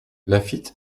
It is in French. laffitte